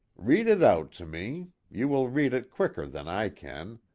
read it out to me you will read it quicker than i can!